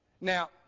Now